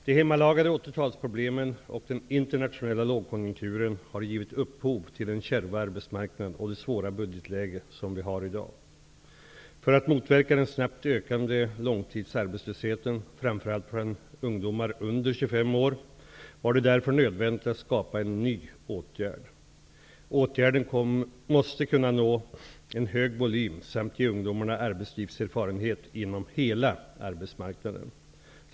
De hemmalagade 80-talsproblemen och den internationella lågkonjunkturen har givit upphov till den kärva arbetsmarknad och det svåra budgetläge som vi har i dag. För att motverka den snabbt ökande långtidsarbetslösheten, framför allt bland ungdomar under 25 år, var det därför nödvändigt att skapa en ny åtgärd. Åtgärden måste kunna nå en hög volym samt ge ungdomarna arbetslivserfarenhet inom hela arbetsmarknaden.